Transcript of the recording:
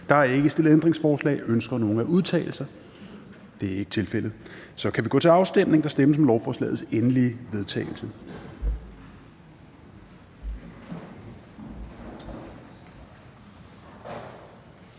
Der er ikke stillet ændringsforslag. Ønsker nogen at udtale sig? Det er ikke tilfældet, og så kan vi gå til afstemning. Kl. 10:02 Afstemning Fjerde